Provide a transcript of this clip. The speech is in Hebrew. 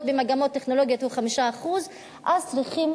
במגמות טכנולוגיות הוא 5%. אז צריכים